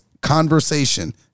conversation